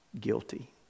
guilty